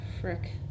frick